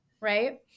right